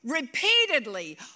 repeatedly